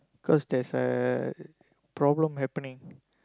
cause there's a problem happening